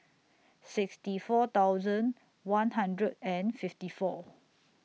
sixty four thousand one hundred and fifty four